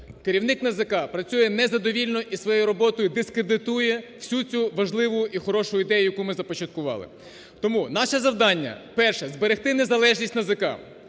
Керівник НАЗК працює незадовільно і своєю роботою дискредитує всю цю важливу і хорошу ідею, яку ми започаткували. Тому наше завдання, перше, зберегти незалежність НАЗК.